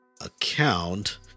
account